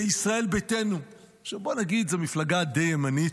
בישראל ביתנו, שבוא נגיד, זו מפלגה די ימנית,